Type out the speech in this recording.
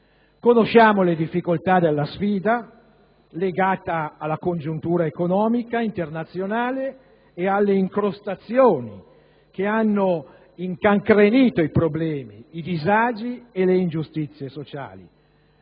Conosciamo le difficoltà della sfida legata alla congiuntura economica internazionale e alle incrostazioni che hanno incancrenito i problemi, i disagi e le ingiustizie sociali.